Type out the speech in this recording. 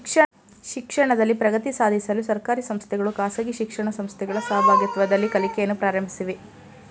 ಶಿಕ್ಷಣದಲ್ಲಿ ಪ್ರಗತಿ ಸಾಧಿಸಲು ಸರ್ಕಾರಿ ಸಂಸ್ಥೆಗಳು ಖಾಸಗಿ ಶಿಕ್ಷಣ ಸಂಸ್ಥೆಗಳ ಸಹಭಾಗಿತ್ವದಲ್ಲಿ ಕಲಿಕೆಯನ್ನು ಪ್ರಾರಂಭಿಸಿವೆ